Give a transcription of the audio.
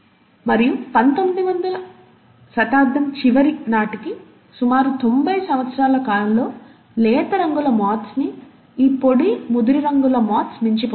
మరియు పంతొమ్మిదవ శతాబ్దం చివరి నాటికి సుమారు తొంభై సంవత్సరాల కాలంలో లేత రంగుల మాత్స్ని ఈ పొడి ముదురు రంగుల మాత్స్ మించిపోయాయి